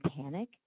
panic